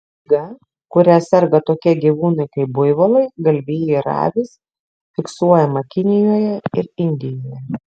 liga kuria serga tokie gyvūnai kaip buivolai galvijai ir avys fiksuojama kinijoje ir indijoje